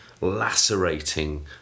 lacerating